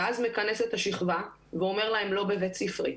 ואז מכנס את השכבה ואומר להם, לא בבית ספרי.